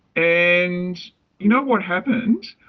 and know what happened?